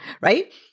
right